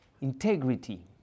integrity